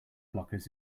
blockers